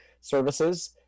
services